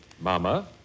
mama